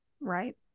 Right